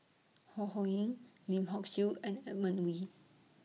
Ho Ho Ying Lim Hock Siew and Edmund Wee